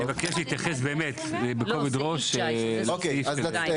אני מבקש להתייחס בכובד ראש לסעיף